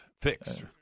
fixed